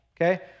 okay